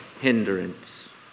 hindrance